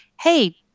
Hey